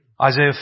Isaiah